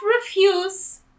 refuse